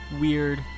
Weird